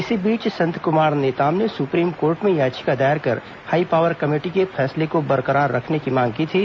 इसी बीच संतकुमार नेताम ने सुप्रीम कोर्ट में याचिका दायर कर हाईपावर कमेटी के फैसले को बरकरार रखने की मांग की थी